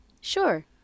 Sure